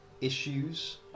issues